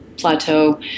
Plateau